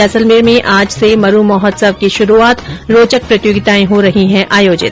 जैसलमेर में आज से मरू महोत्सव की शुरूआत रोचक प्रतियोगिताएं हो रही आयोजित